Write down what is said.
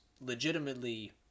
Legitimately